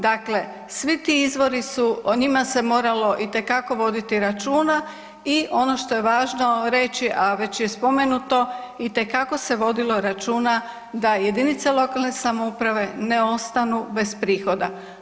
Dakle, svi ti izvori su o njima se moralo itekako voditi računa i ono što je važno reći a već je spomenuto itekako se vodilo računa da jedinice lokalne samouprave ne ostanu bez prihoda.